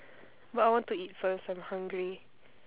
but I want to eat first I'm hungry